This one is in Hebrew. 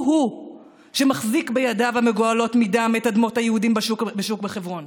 הוא-הוא שמחזיק בידיו המגואלות בדם את אדמות היהודים בשוק בחברון.